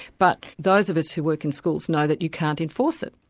but those of us who work in schools know that you can't enforce it.